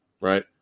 right